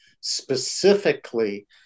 specifically